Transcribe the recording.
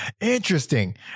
interesting